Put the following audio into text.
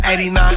89